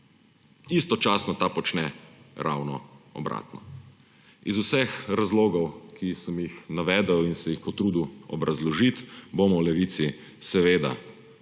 Istočasno ta počne ravno obratno. Iz vseh razlogov, ki sem jih navedel in se jih potrudil obrazložiti, bomo v Levici seveda